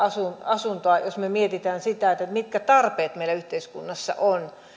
asuntoa jos me mietimme sitä mitkä tarpeet meillä yhteiskunnassa on